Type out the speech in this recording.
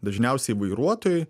dažniausiai vairuotojai